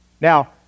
Now